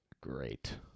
great